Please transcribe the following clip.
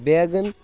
بیگَن